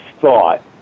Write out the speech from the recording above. thought